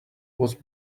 was